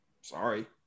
sorry